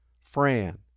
Fran